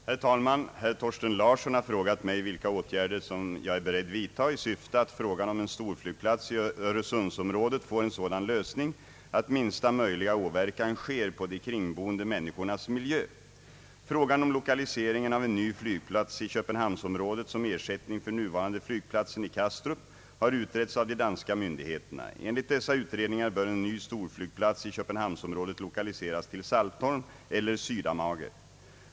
Herr talman! Herr Thorsten Larsson har frågat mig vilka åtgärder jag är beredd vidta i syfte att frågan om en storflygplats i Öresundsområdet får en sådan lösning, att minsta möjliga åverkan sker på de kringboende människornas miljö. Frågan om lokaliseringen av en ny flygplats i Köpenhamnsområdet som ersättning för nuvarande flygplatsen i Kastrup har utretts av de danska myndigheterna. Enligt dessa utredningar bör en ny storflygplats i Köpenhamnsområdet lokaliseras till Saltholm eller Sydamager.